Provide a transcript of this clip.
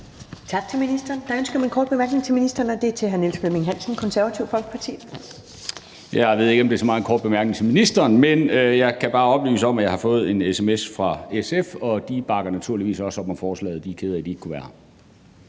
Tak til ministeren. Der ønske om en kort bemærkning til ministeren, og det er fra hr. Niels Flemming Hansen, Konservative Folkeparti. Kl. 11:23 Niels Flemming Hansen (KF): Jeg ved ikke, om det så meget er en kort bemærkning til ministeren, men jeg kan bare oplyse, at jeg har fået en sms fra SF om, at de naturligvis også bakker op om forslaget. De er kede af, at de ikke kunne være